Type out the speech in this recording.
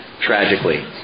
tragically